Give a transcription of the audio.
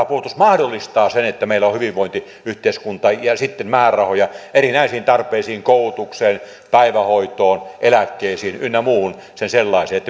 puolustus mahdollistaa sen että meillä on hyvinvointiyhteiskunta ja sitten määrärahoja erinäisiin tarpeisiin koulutukseen päivähoitoon eläkkeisiin ynnä muuhun sen sellaiseen